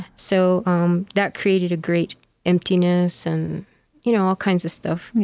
so um that created a great emptiness and you know all kinds of stuff.